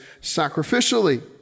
sacrificially